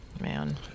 Man